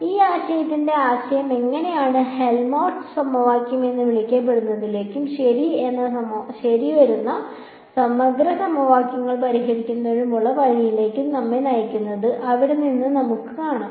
ഈ ആശയത്തിന്റെ ആശയം എങ്ങനെയാണ് ഹെൽമോൾട്ട്സ് സമവാക്യം എന്ന് വിളിക്കപ്പെടുന്നതിലേക്കും ശരി വരുന്ന സമഗ്ര സമവാക്യങ്ങൾ പരിഹരിക്കുന്നതിനുള്ള വഴികളിലേക്കും നമ്മെ നയിക്കുന്നതെന്ന് അവിടെ നിന്ന് നമുക്ക് കാണാം